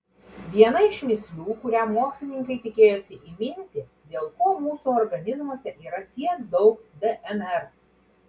viena iš mįslių kurią mokslininkai tikėjosi įminti dėl ko mūsų organizmuose yra tiek daug dnr